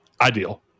Ideal